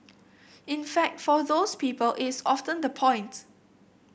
in fact for those people it's often the point